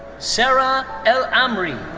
sarah el-amri.